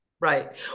Right